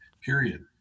period